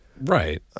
Right